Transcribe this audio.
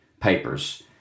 papers